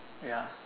ya